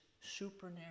Supernatural